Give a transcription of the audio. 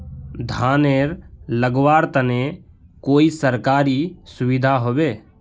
धानेर लगवार तने कोई सरकारी सुविधा होबे?